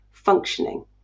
functioning